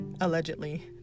allegedly